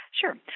Sure